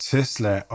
Tesla